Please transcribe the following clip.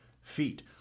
feet